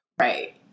Right